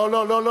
לא, לא להפריע.